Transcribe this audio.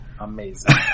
Amazing